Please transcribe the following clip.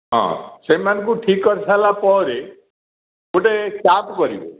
ହଁ ସେଇମାନଙ୍କୁ ଠିକ୍ କରିସାରିଲା ପରେ ଗୋଟେ କ୍ୟାମ୍ପ୍ କରିବେ